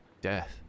death